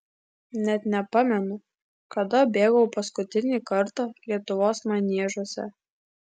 net nepamenu kada bėgau paskutinį kartą lietuvos maniežuose